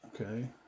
Okay